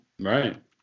Right